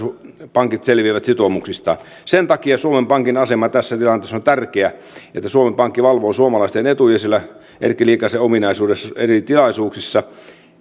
pankit selviävät sitoumuksistaan sen takia suomen pankin asema tässä tilanteessa on tärkeä että suomen pankki valvoo suomalaisten etuja siellä erkki liikasen ominaisuudessa eri tilaisuuksissa